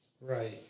Right